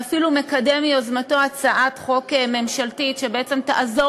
ואפילו מקדם מיוזמתו הצעת חוק ממשלתית שבעצם תעזור